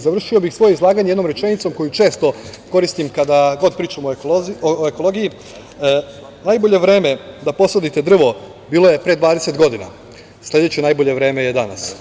Završio bih svoje izlaganje jednom rečenicom koju često koristim kada god pričam o ekologiji – najbolje vreme da posadite drvo bilo je pre 20 godina, sledeće najbolje vreme je danas.